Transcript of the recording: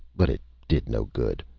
but it did no good.